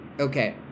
okay